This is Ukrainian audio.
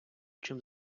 чим